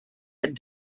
had